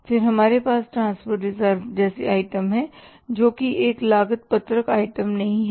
फिर हमारे पास ट्रांसपोर्ट रिजर्व जैसी आइटम है जोकि एक लागत पत्रक आइटम नहीं है